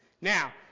Now